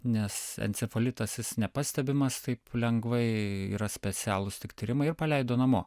nes encefalitas jis nepastebimas taip lengvai yra specialūs tyrimai ir paleido namo